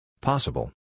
Possible